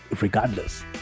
regardless